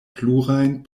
plurajn